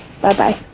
Bye-bye